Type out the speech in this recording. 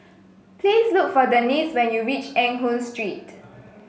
please look for Denisse when you reach Eng Hoon Street